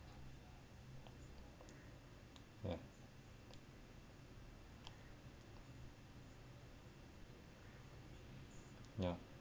ya ya